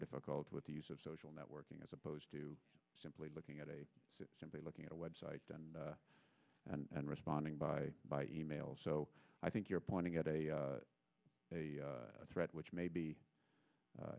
difficult with the use of social networking as opposed to simply looking at a simply looking at a web site and and responding by by e mail so i think you're pointing out a threat which may be